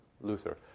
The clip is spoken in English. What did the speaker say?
Luther